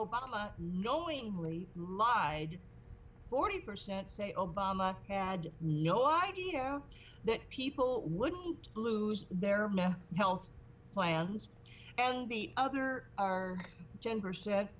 obama knowingly lied forty percent say obama had no idea that people wouldn't lose their health plans and the other our gender said